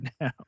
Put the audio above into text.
now